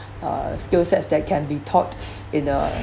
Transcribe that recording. uh skill sets that can be taught in a